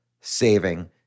saving